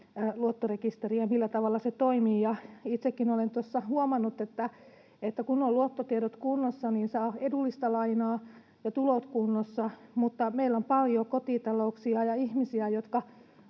luottorekisteriä on seurattava, millä tavalla se toimii. Itsekin olen tuossa huomannut, että kun on luottotiedot ja tulot kunnossa, niin saa edullista lainaa, mutta meillä on paljon kotitalouksia ja ihmisiä, jotka